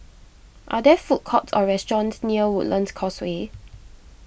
are there food courts or restaurants near Woodlands Causeway